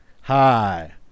Hi